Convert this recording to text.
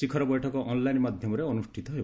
ଶିଖର ବୈଠକ ଅନ୍ଲାଇନ୍ ମାଧ୍ୟମରେ ଅନୁଷ୍ଠିତ ହେବ